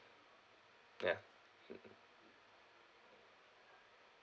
ya